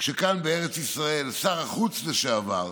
כשכאן בארץ ישראל שר החוץ לשעבר,